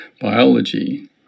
biology